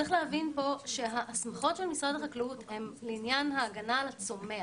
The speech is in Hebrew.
צריך להבין שההסמכות של משרד החקלאות הן לעניין ההגנה על הצומח.